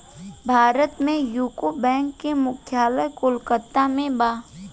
भारत में UCO bank के मुख्यालय कोलकाता में बा